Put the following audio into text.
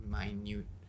minute